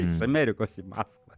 iš amerikos į maskvą